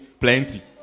plenty